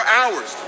hours